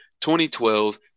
2012